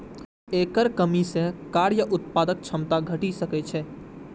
एकर कमी सं कार्य उत्पादक क्षमता घटि सकै छै